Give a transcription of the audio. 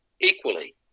Equally